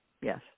Yes